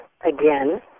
again